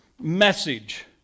message